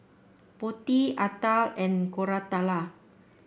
Potti Atal and Koratala